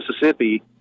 Mississippi